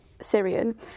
Syrian